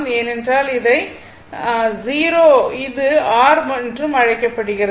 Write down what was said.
ஏனென்றால் இதை r 0 என்றும் இது R என்றும் அழைக்கப்படுகிறது